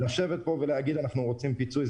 להגיד שדרוש פיצוי זה